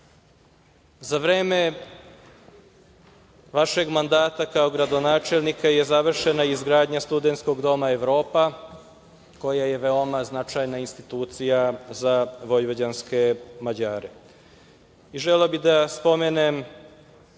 vreme vašeg mandata kao gradonačelnika je završena izgradnja Studentskog doma „Evropa“ koja je veoma značajna institucija za vojvođanske Mađare. Želeo bih da spomenem